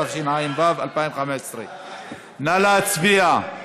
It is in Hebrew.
התשע"ו 2015. נא להצביע.